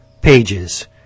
pages